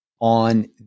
on